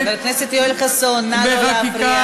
מעגנת, חבר הכנסת יואל חסון, נא לא להפריע.